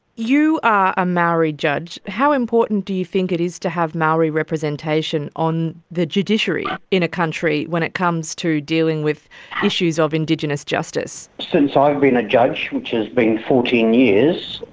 you are a maori judge. how important do you think it is to have maori representation on the judiciary in a country when it comes to dealing with issues of indigenous justice? since i've been a judge, which has been fourteen years,